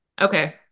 okay